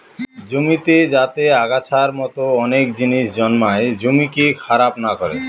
জমিতে যাতে আগাছার মতো অনেক জিনিস জন্মায় জমিকে খারাপ না করে